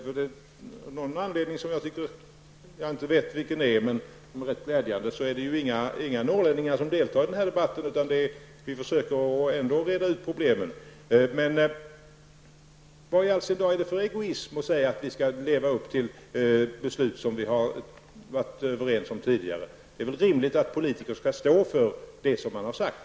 Av någon anledning som jag inte känner till så deltar glädjande nog inga norrlänningar i debatten. Vi försöker ändå reda ut problemen. Hur i all sin dar kan det vara egoistiskt att säga att vi skall leva upp till ett beslut som vi tidigare har varit överens om? Det är väl rimligt att politiker står för vad de har sagt.